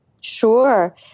Sure